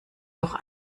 doch